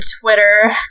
Twitter